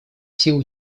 силу